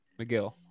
mcgill